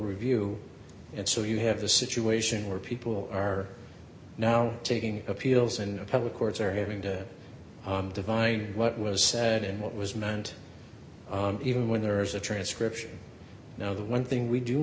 review and so you have a situation where people are now taking appeals and the public courts are having to divine what was said and what was meant even when there is a transcription now the one thing we do